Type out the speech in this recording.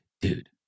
dude